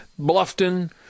Bluffton